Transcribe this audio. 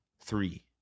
Three